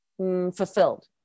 Fulfilled